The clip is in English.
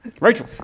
Rachel